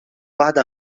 بعض